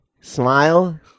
smile